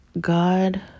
God